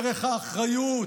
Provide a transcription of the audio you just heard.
ערך האחריות,